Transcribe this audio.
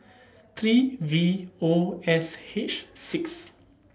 three V O S H six